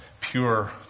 pure